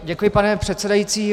Děkuji, pane předsedající.